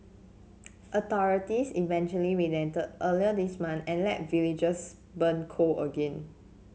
authorities eventually relented earlier this month and let villagers burn coal again